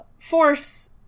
Force